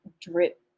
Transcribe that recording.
drip